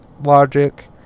logic